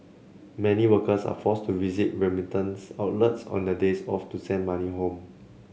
many workers are forced to visit remittance outlets on their days off to send money home